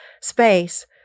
space